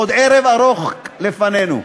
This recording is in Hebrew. עוד ערב ארוך לפנינו.